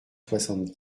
soixante